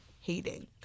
hating